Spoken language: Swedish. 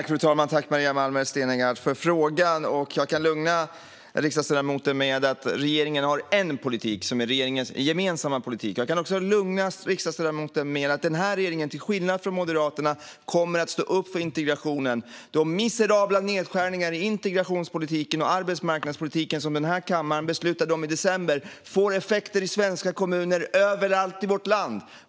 Fru talman! Tack, Maria Malmer Stenergard, för frågan! Jag kan lugna riksdagsledamoten med att regeringen har en politik som är regeringens gemensamma politik. Jag kan också lugna riksdagsledamoten med att den här regeringen, till skillnad från Moderaterna, kommer att stå upp för integrationen. De miserabla nedskärningar i integrationspolitiken och arbetsmarknadspolitiken som den här kammaren beslutade om i december får effekter i svenska kommuner överallt i vårt land.